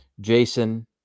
Jason